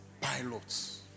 pilots